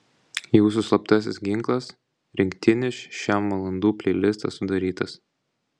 jūsų slaptasis ginklas rinktinis šem valandų pleilistas sudarytas